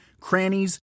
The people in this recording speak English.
crannies